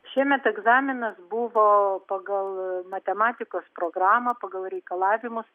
šiemet egzaminas buvo pagal matematikos programą pagal reikalavimus